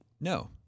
No